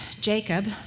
Jacob